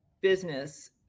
business